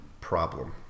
problem